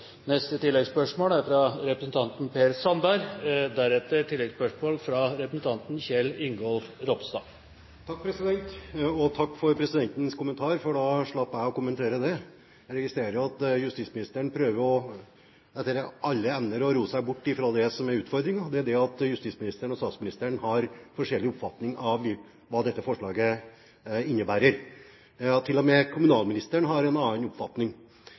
Per Sandberg – til oppfølgingsspørsmål. Takk for presidentens kommentar, for da slapp jeg å kommentere det. Jeg registrerer at justisministeren etter beste evne prøver å ro seg bort fra det som er utfordringen, nemlig at justisministeren og statsministeren har forskjellig oppfatning av hva dette forslaget innebærer. Til og med kommunalministeren har en annen oppfatning.